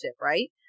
right